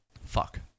Fuck